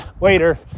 later